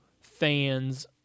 fans